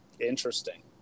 Interesting